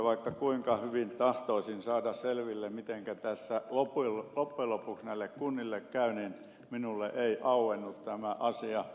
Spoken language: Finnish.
vaikka kuinka hyvin tahtoisin saada selville mitenkä tässä loppujen lopuksi näille kunnille käy niin minulle ei auennut tämä asia